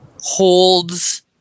Holds